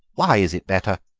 why is it better?